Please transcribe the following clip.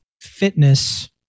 fitness